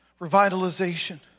revitalization